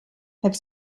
have